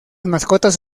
mascotas